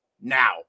now